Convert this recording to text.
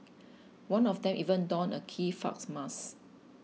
one of them even donned a Guy Fawkes mask